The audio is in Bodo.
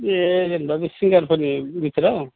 बे जेनेबा बे सिंगार फोरनि गेजेराव